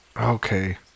okay